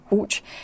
Ouch